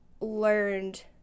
learned